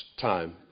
time